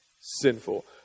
sinful